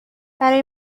برای